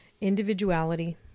individuality